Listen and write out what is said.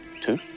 Two